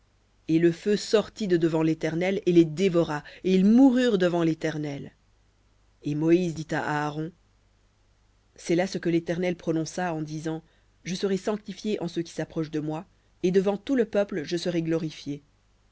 et le feu sortit de devant l'éternel et les dévora et ils moururent devant léternel et moïse dit à aaron c'est là ce que l'éternel prononça en disant je serai sanctifié en ceux qui s'approchent de moi et devant tout le peuple je serai glorifié